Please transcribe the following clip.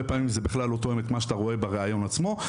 פעמים זה לא תואם למה שאתה רואה בראיון עצמו,